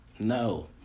no